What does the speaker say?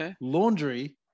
laundry